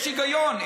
יש היגיון.